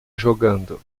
jogando